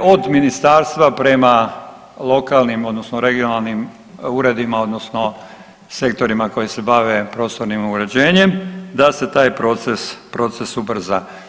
od ministarstva prema lokalnim odnosno regionalnim uredima odnosno sektorima koji se bave prostornim uređenjem da se taj proces ubrza.